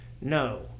No